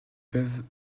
peuvent